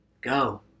Go